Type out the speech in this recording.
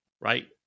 right